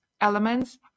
elements